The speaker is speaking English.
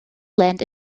land